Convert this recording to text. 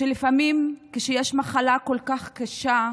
שלפעמים כשיש מחלה כל כך קשה,